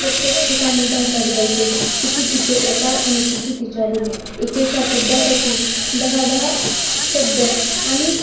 प्रत्येक ठिकाणी भाषा बदलते किती तिचे प्रकार आणि किती तिच्या बोली एकेका शब्दासाठी दहा दहा शब्द आणि